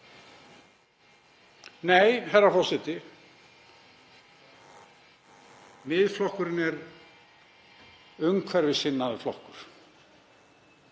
Nei, herra forseti, Miðflokkurinn er umhverfissinnaður flokkur